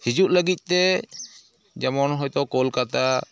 ᱦᱤᱡᱩᱜ ᱞᱟᱹᱜᱤᱫ ᱛᱮ ᱡᱮᱢᱚᱱ ᱦᱳᱭᱛᱚ ᱠᱳᱞᱠᱟᱛᱟ